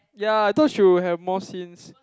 ya I thought she would have more scenes